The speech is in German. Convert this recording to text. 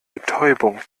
betäubung